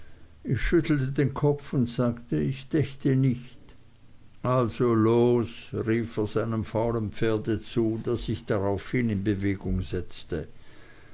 ich schüttelte den kopf und sagte ich dächte nicht also los rief er seinem faulen pferde zu das sich daraufhin in bewegung setzte